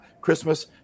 Christmas